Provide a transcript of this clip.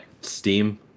Steam